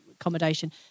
accommodation